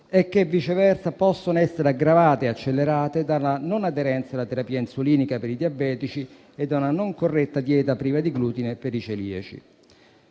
e che, viceversa, possono essere aggravate e accelerate dalla non aderenza alla terapia insulinica per i diabetici e da una non corretta dieta priva di glutine per i celiaci.